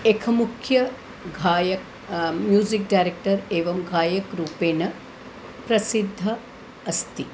एकः मुख्यः गायकः म्यूसिक् डैरक्टर् एवं गायकरूपेण प्रसिद्धः अस्ति